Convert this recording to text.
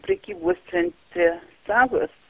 prekybos centre savas